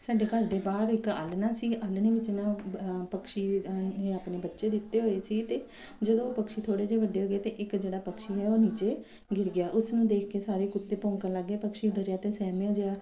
ਸਾਡੇ ਘਰ ਦੇ ਬਾਹਰ ਇੱਕ ਆਲ੍ਹਣਾ ਸੀ ਆਲ੍ਹਣੇ ਵਿੱਚ ਨਾ ਪੰਛੀ ਨੇ ਆਪਣੇ ਬੱਚੇ ਦਿੱਤੇ ਹੋਏ ਸੀ ਅਤੇ ਜਦੋਂ ਪੰਛੀ ਥੋੜ੍ਹੇ ਜਿਹੇ ਵੱਡੇ ਹੋ ਗਏ ਅਤੇ ਇੱਕ ਜਿਹੜਾ ਪੰਛੀ ਹੈ ਉਹ ਨੀਚੇ ਗਿਰ ਗਿਆ ਉਸ ਨੂੰ ਦੇਖ ਕੇ ਸਾਰੇ ਕੁੱਤੇ ਭੌਂਕਣ ਲੱਗ ਗਏ ਪੰਛੀ ਡਰਿਆ ਅਤੇ ਸਹਿਮਿਆ ਜਿਹਾ